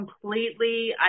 completely